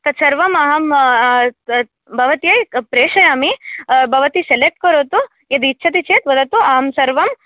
तद् सर्वम् अहं भवत्यै प्रेषयामि भवती सेलेक्ट् करोतु यदि इच्छति चेद् वदतु आम् सर्वं